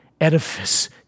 edifice